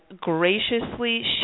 graciously